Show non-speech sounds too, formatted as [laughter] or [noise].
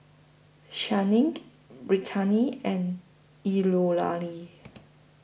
Channing Brittani and [unintelligible]